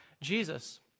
Jesus